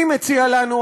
אני מציע לנו,